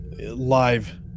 live